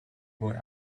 boy